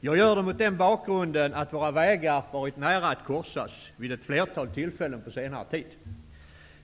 Jag gör det mot den bakgrunden att våra vägar varit nära att korsas vid ett flertal tillfällen på senare tid.